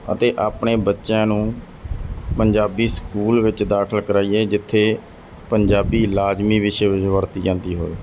ਅਤੇ ਆਪਣੇ ਬੱਚਿਆਂ ਨੂੰ ਪੰਜਾਬੀ ਸਕੂਲ ਵਿੱਚ ਦਾਖਲ ਕਰਾਈਏ ਜਿੱਥੇ ਪੰਜਾਬੀ ਲਾਜ਼ਮੀ ਵਿਸ਼ੇ ਵਜੋਂ ਵਰਤੀ ਜਾਂਦੀ ਹੋਵੇ